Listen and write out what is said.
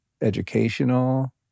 educational